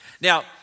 Now